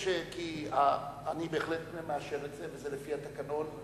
אני בהחלט מאשר את זה וזה לפי התקנון,